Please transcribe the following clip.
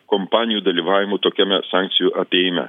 kompanijų dalyvavimu tokiame sankcijų apėjime